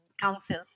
council